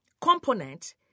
component